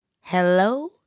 Hello